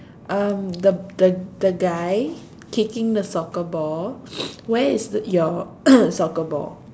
um the the the guy kicking the soccer ball where is the your soccer ball